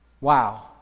wow